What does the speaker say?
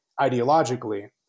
ideologically